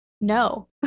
No